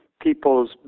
People's